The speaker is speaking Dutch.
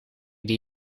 die